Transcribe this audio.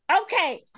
okay